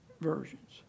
versions